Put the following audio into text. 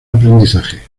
aprendizaje